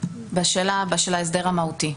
בשאלה של ההסדר המהותי.